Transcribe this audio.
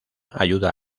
ayuda